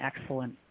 excellent